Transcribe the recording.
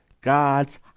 God's